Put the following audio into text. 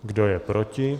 Kdo je proti?